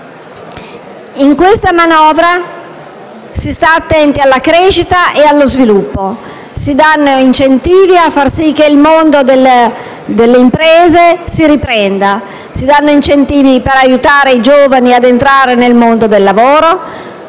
Nella manovra si sta attenti alla crescita e allo sviluppo. Si danno incentivi affinché il mondo delle imprese si riprenda. Si danno incentivi per aiutare i giovani a entrare nel mondo del lavoro.